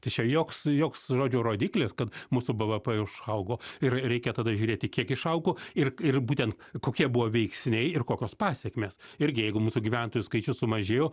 tai čia joks joks žodžiu rodiklis kad mūsų bvp išaugo ir reikia tada žiūrėti kiek išaugo ir ir būten kokie buvo veiksniai ir kokios pasekmės irgi jeigu mūsų gyventojų skaičius sumažėjo